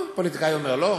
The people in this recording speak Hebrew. פוליטיקאי אומר לא?